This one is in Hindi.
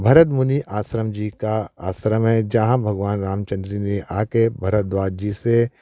भरत मुनि आश्रम जी का आश्रम है जहाँ भगवान रामचंद्र जी ने आ कर भरत द्वार जी से